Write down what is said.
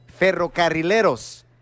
Ferrocarrileros